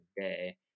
today